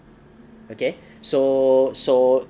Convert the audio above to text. okay so so